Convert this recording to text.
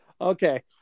okay